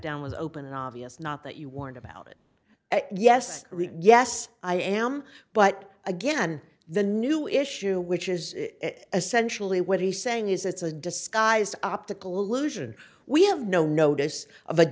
down was open and obvious not that you warned about it yes yes i am but again the new issue which is essentially what he's saying is it's a disguised optical illusion we have no notice